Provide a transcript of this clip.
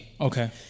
Okay